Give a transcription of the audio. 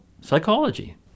psychology